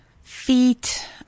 feet